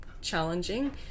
challenging